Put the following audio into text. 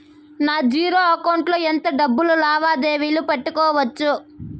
నా zero account లో ఎంత డబ్బులు లావాదేవీలు పెట్టుకోవచ్చు?